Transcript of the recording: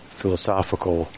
philosophical